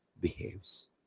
behaves